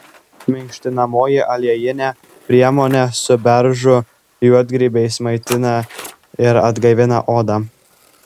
minkštinamoji aliejinė priemonė su beržų juodgrybiais maitina ir atgaivina odą